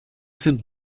sind